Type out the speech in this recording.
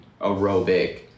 aerobic